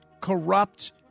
corrupt